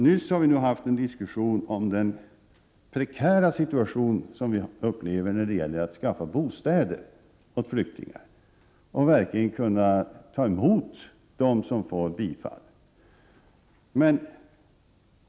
Nyss hade vi en diskussion om den prekära situationen då det gäller att skaffa bostäder åt flyktingar och verkligen kunna ta emot de asylsökande som får sin ansökan bifallen.